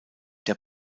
der